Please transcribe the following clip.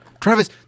Travis